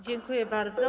Dziękuję bardzo.